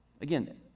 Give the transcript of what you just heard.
again